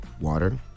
Water